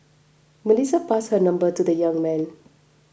Melissa passed her number to the young man